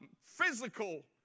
physical